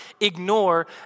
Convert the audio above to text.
ignore